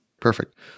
Perfect